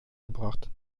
gebracht